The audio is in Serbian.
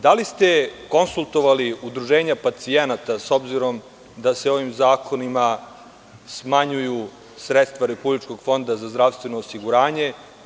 Da li ste konsultovali udruženja pacijenata, s obzirom da se ovim zakonima smanjuju sredstva Republičkog fonda za zdravstveno osiguranje?